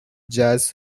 jazz